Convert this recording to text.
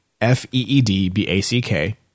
F-E-E-D-B-A-C-K